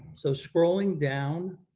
so scrolling down,